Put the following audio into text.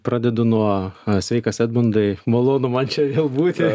pradedu nuo cha sveikas edmundai malonu man čia vėl būti